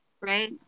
right